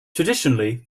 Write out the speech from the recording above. traditionally